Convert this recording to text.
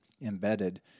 embedded